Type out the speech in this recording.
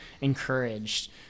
encouraged